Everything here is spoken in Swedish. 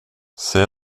säg